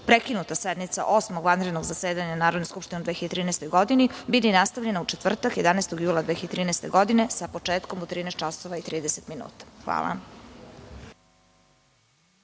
prekinuta sednica Osmog vanrednog zasedanja Narodne skupštine u 2013. godini biti nastavljena u četvrtak, 11. jula 2013. godine, sa početkom u 13.30 časova. Hvala.